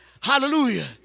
Hallelujah